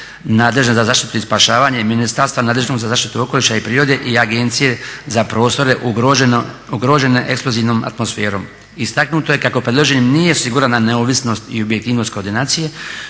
nadležne za zaštitu i spašavanje i Ministarstva nadležnog za zaštitu okoliša i prirode i Agencije za prostore ugrožene eksplozivnom atmosferom, istaknuto je kako predloženim nije osigurana neovisnost i objektivnost koordinacije